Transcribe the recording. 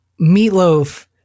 Meatloaf